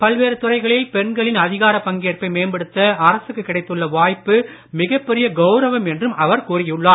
பல்வேறு துறைகளில் பெண்களின் அதிகாரப் பங்கேற்பை மேம்படுத்த அரசுக்கு கிடைத்துள்ள வாய்ப்பு மிகப் பெரிய கவுரவம் என்றும் அவர் கூறியுள்ளார்